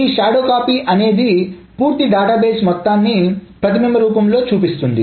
ఈ shadow copy అనేది పూర్తి డేటాబేస్ మొత్తాన్ని ప్రతిబింబం రూపంలో చూపిస్తుంది